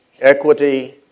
equity